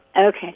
Okay